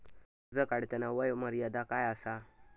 कर्ज काढताना वय मर्यादा काय आसा?